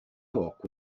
hawk